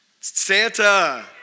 Santa